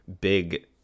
big